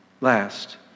last